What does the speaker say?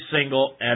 single